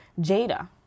Jada